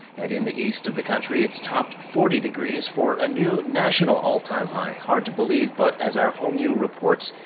and in the east of the country it's topped forty degrees. for a new national all-time high. hard to believe, but as our hong yoo reports,